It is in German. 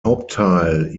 hauptteil